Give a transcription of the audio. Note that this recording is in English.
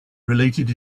related